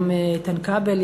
גם איתן כבל,